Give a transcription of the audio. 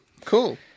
Cool